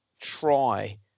try